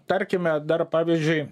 tarkime dar pavyzdžiui